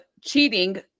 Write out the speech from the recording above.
cheating